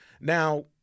now